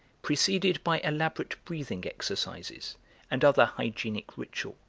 preceded by elaborate breathing exercises and other hygienic ritual,